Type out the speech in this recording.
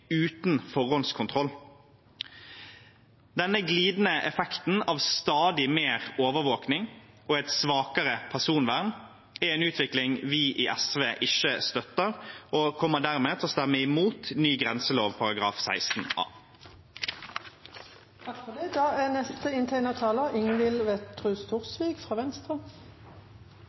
og et svakere personvern er en utvikling vi i SV ikke støtter. Vi kommer dermed til å stemme imot ny § 16 a i grenseloven. Et sterkt vern om den enkeltes privatliv er